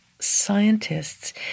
scientists